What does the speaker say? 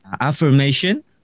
Affirmation